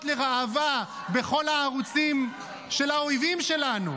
לראווה בכל הערוצים של האויבים שלנו.